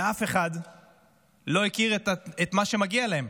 ואף אחד לא הכיר את מה שמגיע לו.